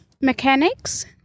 mechanics